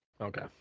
Okay